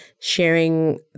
sharing